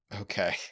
Okay